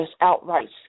outright